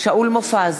שאול מופז,